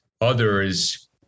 others